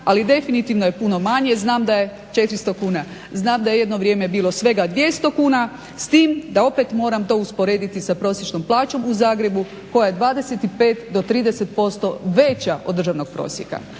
ali definitivno je puno manje, jer znam da 400 kuna, znam da je jedno vrijeme bilo svega 200 kuna s tim da opet moram to usporediti sa prosječnom plaćom u Zagrebu koja je 25 do 30% veća od državnog prosjeka.